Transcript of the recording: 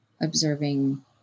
observing